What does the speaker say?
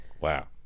Wow